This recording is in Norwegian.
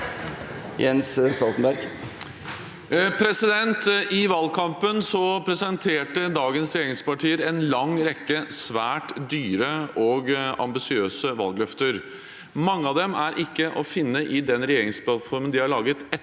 I valgkampen pre- senterte dagens regjeringspartier en lang rekke svært dyre og ambisiøse valgløfter. Mange av dem er ikke å finne i den regjeringsplattformen de har laget etter